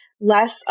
less